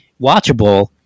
watchable